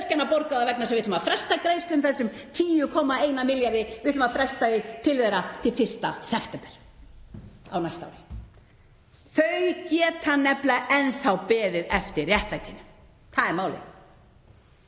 Þau geta nefnilega enn beðið eftir réttlæti. Það er málið.